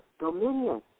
dominion